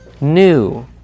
new